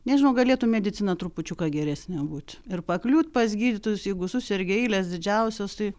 nežinau galėtų medicina trupučiuką geresnė būt ir pakliūt pas gydytojus jeigu susergi eilės didžiausios tai